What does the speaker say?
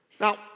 Now